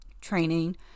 training